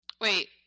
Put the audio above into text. Wait